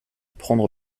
prendre